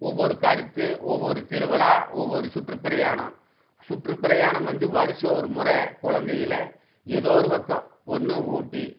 ஒவ்வொரு கருத்து ஒவ்வொரு திருவிழா ஒவ்வொரு சுற்றுப் பிரயாணம் சுற்றுப் பிரயாணம் வந்து வருஷம் ஒரு முறை குழந்தைகள எதோ ஒரு பக்கம் ஒன்று ஊட்டி